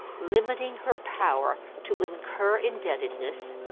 limiting her power to incur indebtedness,